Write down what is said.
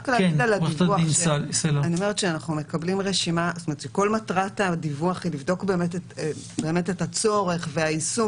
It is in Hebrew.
רק להגיד על הדיווח כל מטרת הדיווח היא לבדוק את הצורך והיישום